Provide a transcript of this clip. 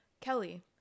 Kelly